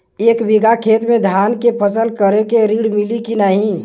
एक बिघा खेत मे धान के फसल करे के ऋण मिली की नाही?